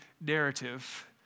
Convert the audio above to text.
narrative